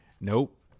Nope